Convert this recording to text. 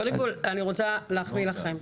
קודם כול אני רוצה להחמיא לכם: